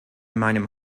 meinem